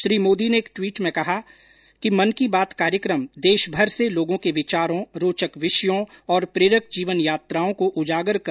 श्री मोदी ने एक ट्वीट में कहा कि मन की बात कार्यक्रम देशभर से लोगों के विचारों रोचक विषयों और प्रेरक जीवन यात्राओं को उजागर करने का अवसर देता है